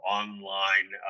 online